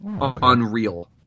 unreal